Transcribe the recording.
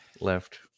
left